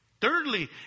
Thirdly